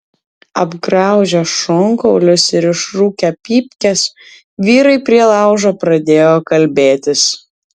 apgraužę šonkaulius ir išrūkę pypkes vyrai prie laužo pradėjo kalbėtis